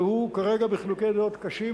והוא כרגע בחילוקי דעות קשים,